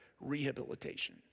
rehabilitation